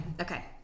okay